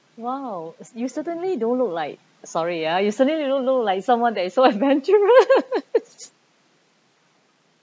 !wow! you certainly don't look like sorry ya you certainly don't look like someone that is so adventurous